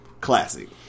Classic